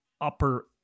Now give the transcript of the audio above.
upper